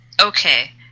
Okay